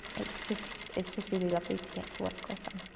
it's just it's just really lovely to get to work with him.